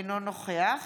אינו נוכח